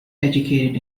educated